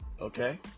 Okay